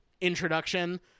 introduction